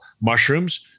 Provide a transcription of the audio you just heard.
Mushrooms